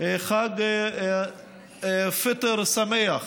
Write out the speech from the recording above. חג פיטר שמח